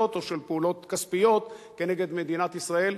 או של פעולות כספיות כנגד מדינת ישראל,